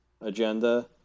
agenda